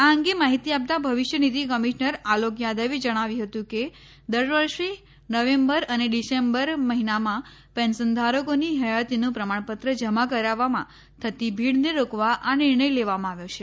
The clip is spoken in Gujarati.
આ અંગે માહિતી આપતા ભવિષ્ય નિધિ કમિશનર આલોક યાદવે જણાવ્યું હતું કે દર વર્ષે નવેમ્બર અને ડિસેમ્બર મહિનામાં પેન્શનધારકોની હયાતીનું પ્રમાણપત્ર જમા કરાવવામાં થતી ભીડને રોકવા આ નિર્ણય લેવામાં આવ્યો છે